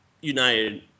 United –